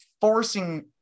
forcing